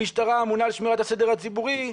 המשטרה אמונה על שמירת הסדר הציבורי,